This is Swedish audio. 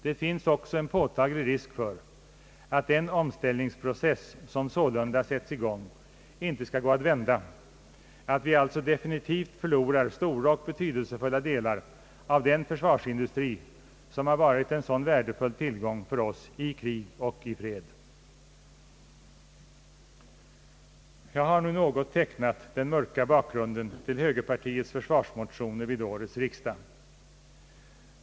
Det finns också en påtaglig risk för att den omställningsprocess som sålunda sätts i gång inte skall gå att vända och att vi alltså definitivt förlorar stora och betydelsefulla delar av den försvarsindustri som har varit en så värdefull tillgång för oss i krig och i fred. Jag har nu något tecknat den mörka bakgrunden till högerpartiets försvarsmotioner vid årets riksdag.